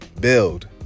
Build